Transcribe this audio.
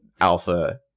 alpha